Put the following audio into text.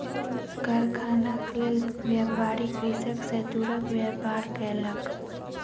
कारखानाक लेल, व्यापारी कृषक सॅ तूरक व्यापार केलक